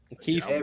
Keith